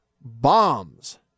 bombs